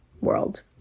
world